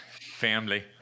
Family